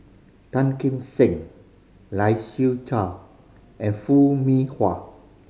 Tan Kim Seng Lai Siu Chiu and Foo Mee Har